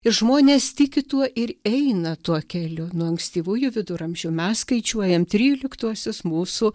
ir žmonės tiki tuo ir eina tuo keliu nuo ankstyvųjų viduramžių mes skaičiuojam tryliktuosius mūsų